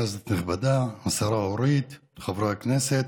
כנסת נכבדה, השרה אורית, חברי הכנסת,